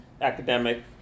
academic